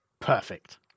Perfect